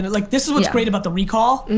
like this is what's great about the recall.